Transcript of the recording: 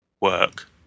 work